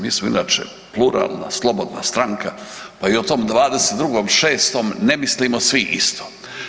Mi smo inače pluralna, slobodna stranka pa i o tome 22.6. ne mislimo svi isto.